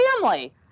family